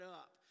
up